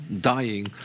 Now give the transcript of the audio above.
dying